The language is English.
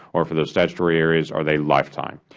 or for those statutory areas, are they lifetime?